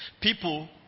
People